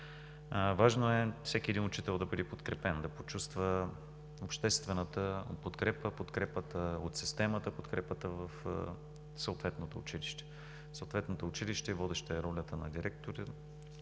Важно е всеки един учител да бъде подкрепен – да почувства обществената подкрепа, подкрепата от системата, подкрепата в съответното училище. В съответното училище водеща е ролята на директора.